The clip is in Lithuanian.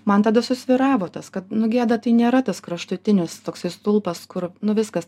man tada susvyravo tas kad nu gėda tai nėra tas kraštutinis toksai stulpas kur nu viskas